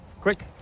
Quick